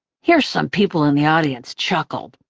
here some people in the audience chuckled.